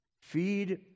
Feed